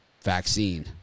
vaccine